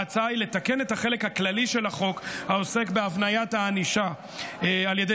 ההצעה היא לתקן את החלק הכללי של החוק העוסק בהבניית הענישה על ידי